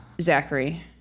Zachary